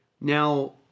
Now